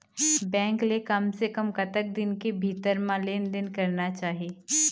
Bank ले कम से कम कतक दिन के भीतर मा लेन देन करना चाही?